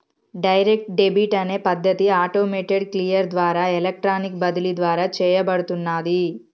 direct debit అనే పద్ధతి automated clear ద్వారా ఎలక్ట్రానిక్ బదిలీ ద్వారా చేయబడుతున్నాది